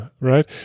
right